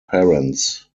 parents